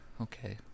Okay